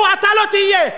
אמרו, אתה לא תהיה.